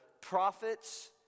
prophets